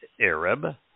Arab